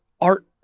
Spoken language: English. art